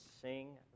sing